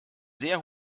sehr